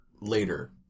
later